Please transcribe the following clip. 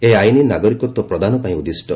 ଏହି ଆଇନ ନାଗରିକତ୍ୱ ପ୍ରଦାନ ପାଇଁ ଉଦ୍ଦିଷ୍ଟ